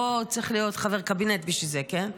לא צריך להיות חבר קבינט בשביל זה, כן?